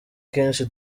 kenshi